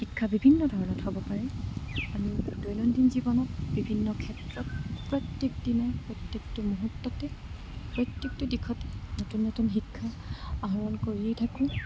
শিক্ষা বিভিন্ন ধৰণত হ'ব পাৰে আমি দৈনন্দিন জীৱনত বিভিন্ন ক্ষেত্ৰত প্ৰত্যেক দিনে প্ৰত্যেকটো মুহূৰ্ততে প্ৰত্যেকটো দিশতে নতুন নতুন শিক্ষা আহৰণ কৰিয়েই থাকোঁ